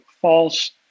false